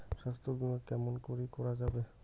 স্বাস্থ্য বিমা কেমন করি করা যাবে?